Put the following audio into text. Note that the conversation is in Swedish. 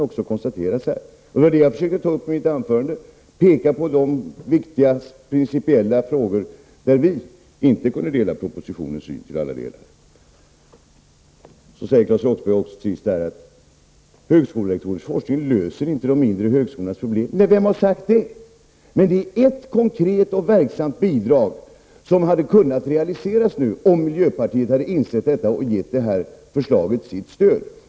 Det försökte jag ta upp i mitt anförande. Jag visade på de viktiga principiella frågor där vi inte i alla delar kan dela den syn som framförs i propositionen. Till sist sade Claes Roxbergh att högskolelektorers forskning inte löser de mindre högskolornas problem. Nej, vem har sagt det? Men det är ett konkret och verksamt bidrag, som nu hade kunnat realiseras, om miljöpartiet hade insett det och givit förslaget sitt stöd.